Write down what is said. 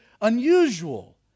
unusual